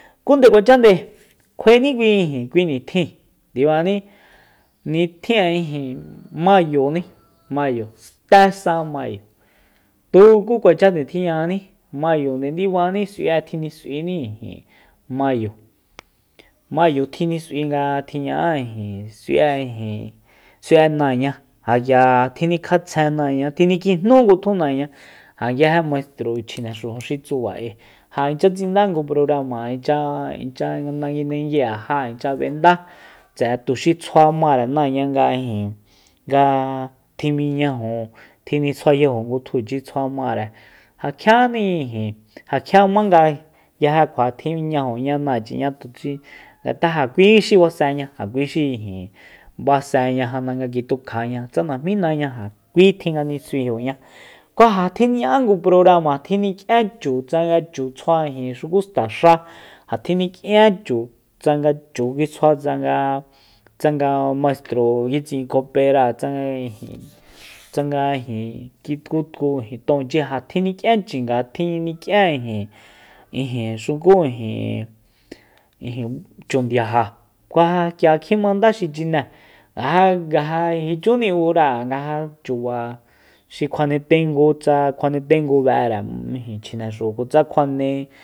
Ku nde kuacha nde kjuaeni kui ijin kui nitjin ndibani nitjin'e ijin mayoni mayo te sa mayo tuku kuacha nde tjiña'ani mayonde ndibani s'ui'e tjinis'uini ijin mayo- mayo tjinis'ui nga tjiña'a s'ui'e ijin s'ui'e náañá ja k'ia tjinikjaetsjen náañá tjinikijnú ngutjú náañá ja nguije maistro chjine xujun xi tsuba k'ui ja inchya tsinda ngu programa inchya- inchya nda nguindengui'e ja inchya b'enda tse'e nga tuxi tsjuamare náañá nga ijin nga tji mijñajo tjinitsjuayajo ngutjuchi tsjuamare ja kjiani ijin ja kjia nga nguije kjua tji'ñajoña náachiña ngat'a ja kui xi baseña ja kui xi ijin baseña janda nga kitukjaña tsa majmí náañá ja kui tjin nga nisinyajoña ku ja tjiña'a ngu programa tjinik'ien chu tsanga chu tsjua xuku xta xa ja tjinik'ién chu tsanga chu kitsjua tsanga- tsanga maistro tsi'in coperáa tsanga ijin tsanga ijin kitkutku tonchi ja tjinik'ien chinga tjini'kien ijin- ijin xuku ijin- ijin chu ndiaja ku ja k'ia kjimanda xi chinée ja je nga ja jichúni ura'e nga ja chuba xi kjuane tengu tsa kjuane tengu be'ere chine xujun kutsa kjuane